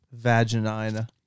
Vaginina